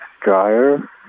dryer